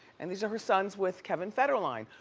and these are her sons with kevin federline.